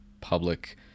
public